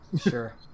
sure